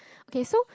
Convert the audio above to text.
okay so